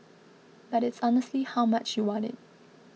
but it's honestly how much you want it